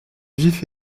vifs